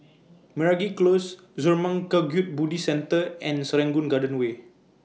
Meragi Close Zurmang Kagyud Buddhist Centre and Serangoon Garden Way